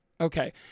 okay